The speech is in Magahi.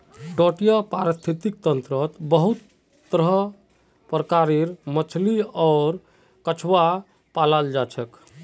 तटीय परिस्थितिक तंत्रत बहुत तरह कार मछली आर कछुआ पाल जाछेक